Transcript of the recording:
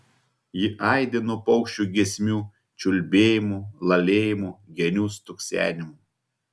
ji aidi nuo paukščių giesmių čiulbėjimo lalėjimo genių stuksenimo